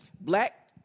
black